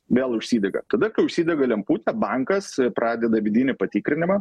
vėl užsidega tada kai užsidega lemputė bankas pradeda vidinį patikrinimą